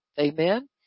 Amen